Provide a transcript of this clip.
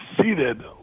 seated